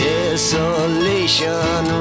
Desolation